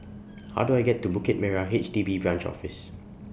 How Do I get to Bukit Merah H D B Branch Office